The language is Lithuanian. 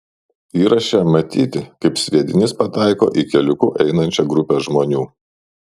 įraše matyti kaip sviedinys pataiko į keliuku einančią grupę žmonių